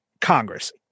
Congress